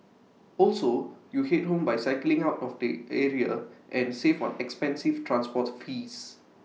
also you Head home by cycling out of the area and save on expensive transport fees